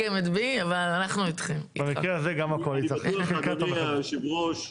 בטוח, אדוני יושב הראש,